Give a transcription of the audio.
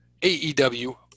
AEW